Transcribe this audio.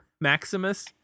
Maximus